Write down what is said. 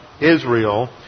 Israel